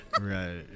Right